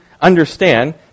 understand